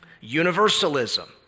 Universalism